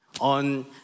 on